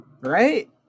Right